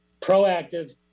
Proactive